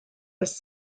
this